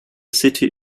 city